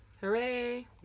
Hooray